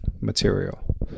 material